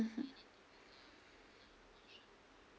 mmhmm